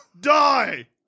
Die